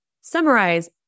summarize